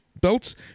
belts